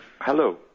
Hello